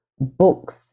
books